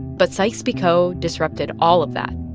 but sykes-picot disrupted all of that.